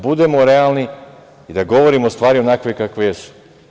Budimo realni i da govorimo stvari onakve kakve jesu.